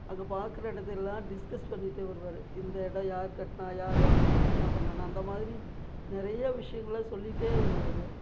அங்கே பார்க்கற இடத்தெல்லாம் டிஸ்கஸ் பண்ணிகிட்டே வருவார் இந்த இடோம் யார் கட்டினா யார் வாங்குன்னா என்ன பண்ணுன்னா அந்தமாதிரி நிறைய விஷயங்கள சொல்லிகிட்டே வருவார்